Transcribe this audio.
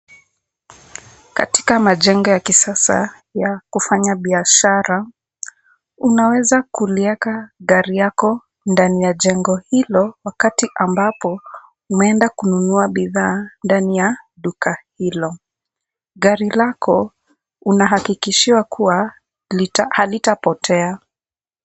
Katika majengo ya kisasa ya kufanya biashara, unaweza kulieka gari yako ndani ya jengo hilo, wakati ambapo umeenda kununua bidhaa ndani ya duka hilo. Gari lako unahakikishiwa kuwa halitapotea.